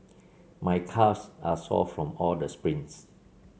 my calves are sore from all the sprints